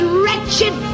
wretched